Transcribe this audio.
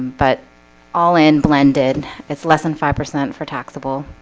but all in blended it's less than five percent for taxable